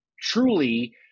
truly